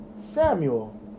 Samuel